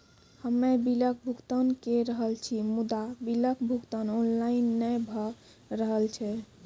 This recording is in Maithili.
हम्मे बिलक भुगतान के रहल छी मुदा, बिलक भुगतान ऑनलाइन नै भऽ रहल छै?